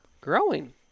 growing